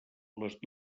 les